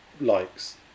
likes